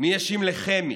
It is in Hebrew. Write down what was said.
מי ישיב לחמי?